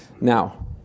Now